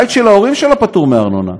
הבית של ההורים שלו פטור מארנונה.